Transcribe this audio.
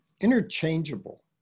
interchangeable